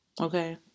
Okay